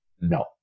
no